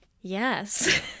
yes